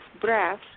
breath